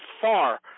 far